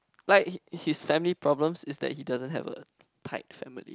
like his family problems is that he doesn't have a tight family